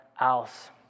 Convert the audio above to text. else